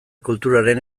kulturaren